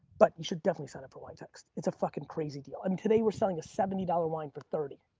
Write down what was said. but you should definitely sign up for wine text. it's a fucking crazy deal. and um today we're selling a seventy dollars wine for thirty.